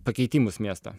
pakeitimus miesto